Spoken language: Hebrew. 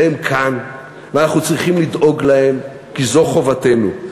והם כאן, ואנחנו צריכים לדאוג להם, כי זו חובתנו.